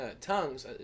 tongues